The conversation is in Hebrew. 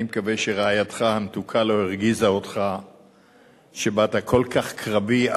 אני מקווה שרעייתך המתוקה לא הרגיזה אותך שבאת כל כך קרבי.